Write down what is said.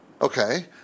Okay